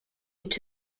mit